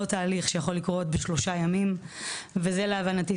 תהליך שיכול לקרות בשלושה ימים וזה להבנתי,